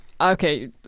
okay